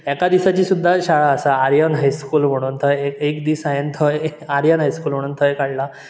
एका दिसाची सुद्दां शाळा आसा आर्यन हाय स्कूल म्हणून थंय एक दीस हांवें थंय आर्यन हायस्कूल म्हणून थंय काडला